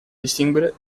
distinguere